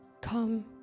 come